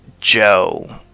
Joe